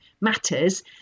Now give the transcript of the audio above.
matters